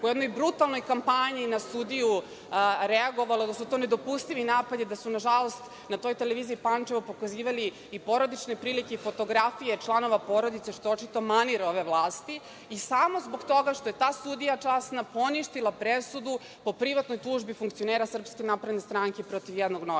o jednoj brutalnoj kampanji na sudiju, da su to nedopustivi napadi da su na žalost na toj Televiziji Pančevo pokazivali i porodične prilike i fotografije članova porodice, što je očito manir ove vlasti i samo zbog toga što je ta sudija časna poništila presudu po privatnoj tužbi funkcionera SNS protiv jednog